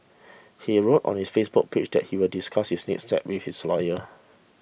he wrote on his Facebook page that he will discuss his next steps with his lawyer